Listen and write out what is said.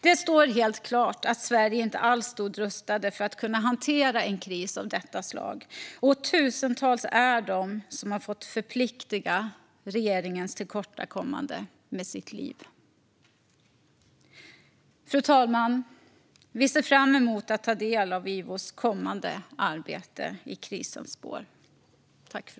Det står helt klart att Sverige inte alls stod rustat för att kunna hantera en kris av detta slag, och tusentals är de som har fått plikta med sina liv för regeringens tillkortakommande. Fru talman! Vi ser fram emot att ta del av IVO:s kommande arbete i krisens spår.